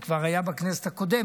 זה כבר היה בכנסת הקודמת.